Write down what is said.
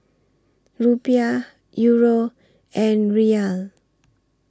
Rupiah Euro and Riyal